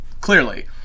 clearly